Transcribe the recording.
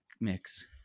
mix